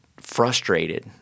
frustrated